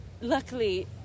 luckily